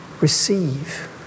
receive